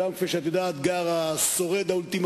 שם, כפי שאת יודעת, גר השורד האולטימטיבי,